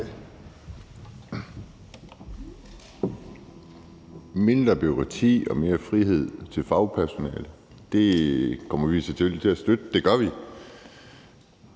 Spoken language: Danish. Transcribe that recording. Mindre bureaukrati og mere frihed til fagpersonale: Det kommer vi selvfølgelig til at støtte. Det gør vi,